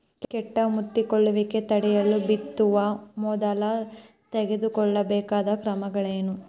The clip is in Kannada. ಕೇಟ ಮುತ್ತಿಕೊಳ್ಳುವಿಕೆ ತಡೆಯಲು ಬಿತ್ತುವ ಮೊದಲು ತೆಗೆದುಕೊಳ್ಳಬೇಕಾದ ಕ್ರಮಗಳೇನು?